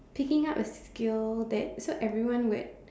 picking up a skill that so everyone would